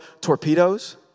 torpedoes